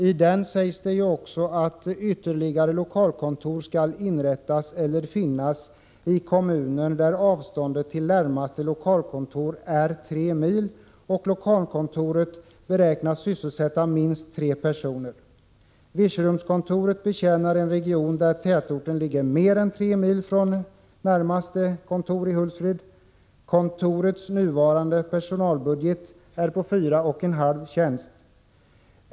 I den nämns också att ytterligare lokalkontor skall inrättas eller finnas i kommuner där avståndet till närmaste lokalkontor är tre mil och lokalkontoret beräknas sysselsätta minst tre personer. Virserumskontoret betjänar en region där tätorten ligger mer än tre mil från närmaste kontor — kontoret i Hultsfred. Kontorets nuvarande personal omfattar 4,5 tjänster.